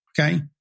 Okay